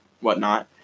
whatnot